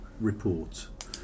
report